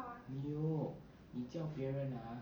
你有你叫别人那